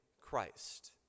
Christ